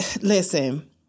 listen